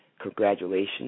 congratulations